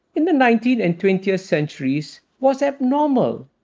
in the nineteenth and twentieth centuries, was abnormal.